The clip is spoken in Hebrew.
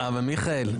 אבל מיכאל,